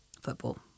Football